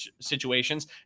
situations